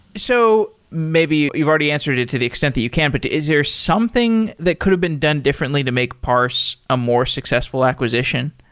so maybe you've already answered it to the extent that you can, but is there something that could have been done differently to make parse a more successful acquisition?